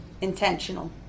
intentional